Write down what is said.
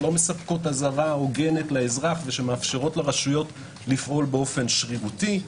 שלא מספקות אזהרה הוגנת לאזרח ושמאפשרות לרשויות לפעול באופן שרירותי.